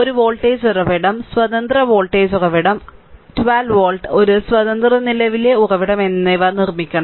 ഒരു വോൾട്ടേജ് ഉറവിടം സ്വതന്ത്ര വോൾട്ടേജ് ഉറവിടം 12 വോൾട്ട് ഒരു സ്വതന്ത്ര നിലവിലെ ഉറവിടം എന്നിവ നിർമ്മിക്കണം